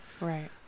Right